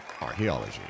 Archaeology